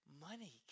Money